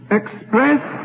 express